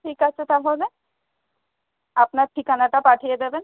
ঠিক আছে তাহলে আপনার ঠিকানাটা পাঠিয়ে দেবেন